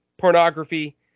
pornography